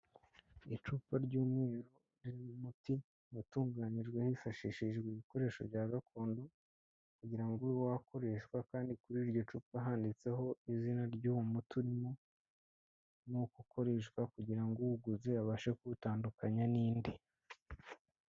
Icupa ry'umwuru ririmo umuti watunganyijwe hifashishijwe ibikoresho bya gakondo kugira ngo ube wakoreshwa kandi kuri iryo cupa handitseho izina ry'uwo muti urimo n'uko ukoreshwa kugira ngo uwuguze abashe kuwutandukanya n'indi.